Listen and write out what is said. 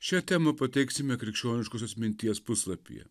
šią temą pateiksime krikščioniškosios minties puslapyje